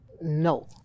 no